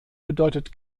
bedeutet